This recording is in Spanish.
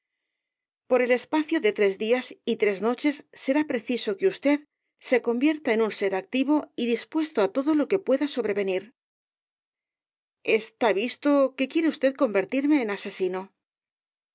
por el espacio de tres días y tres noches será preciso que usted se convierta en un ser activo y dispuesto á todo lo que pueda sobrevenir está visto que quiere usted convertirme en asesino